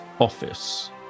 office